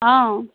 অঁ